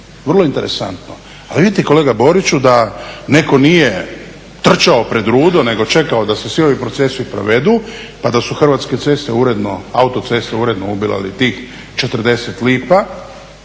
Vrlo interesantno. Ali vidite kolega Boriću da netko nije trčao pred rudo nego čekao da se svi ovi procesi provedu, pa da su Hrvatske ceste uredno, autoceste uredno ubirali tih 40 lipa